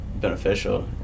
beneficial